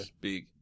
big